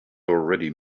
already